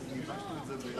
לא.